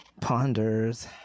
ponders